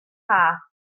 cath